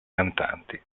cantanti